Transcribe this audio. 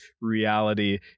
reality